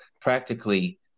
practically